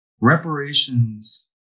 reparations